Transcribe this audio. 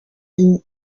inzira